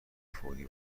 فوری